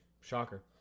Shocker